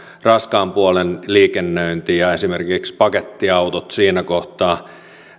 raskaan puolen liikennöinti ja esimerkiksi pakettiautot siinä kohtaa